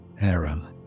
era